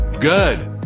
Good